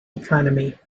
economy